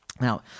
Now